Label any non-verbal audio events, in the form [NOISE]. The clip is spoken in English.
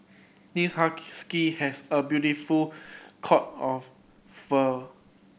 this [UNINTELLIGIBLE] has a beautiful coat of fur